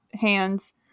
hands